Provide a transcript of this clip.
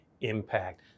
impact